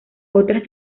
otras